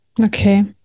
Okay